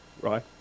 right